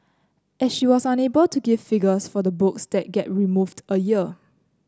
as she was unable to give figures for the books that get removed a year